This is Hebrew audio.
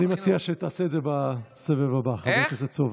אני מציע שתעשה את זה בסבב הבא, חבר הכנסת סובה.